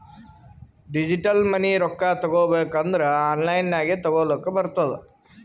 digital money ರೊಕ್ಕಾ ತಗೋಬೇಕ್ ಅಂದುರ್ ಆನ್ಲೈನ್ ನಾಗೆ ತಗೋಲಕ್ ಬರ್ತುದ್